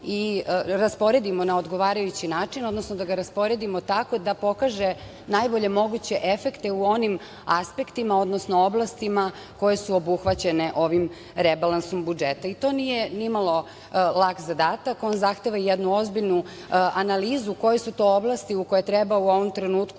rasporedimo na odgovarajući način, odnosno da ga rasporedimo tako da pokaže najbolje moguće efekte u onim aspektima odnosno oblastima koje su obuhvaćene ovim rebalansom budžeta. To nije nimalo lak zadatak, on zahteva i jednu ozbiljnu analizu koje su to oblasti u koje treba u ovom trenutku